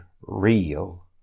real